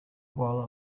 while